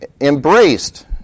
embraced